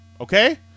Okay